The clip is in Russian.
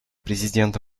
президента